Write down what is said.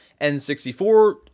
N64